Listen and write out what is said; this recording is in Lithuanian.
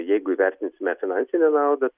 jeigu įvertinsime finansinę naudą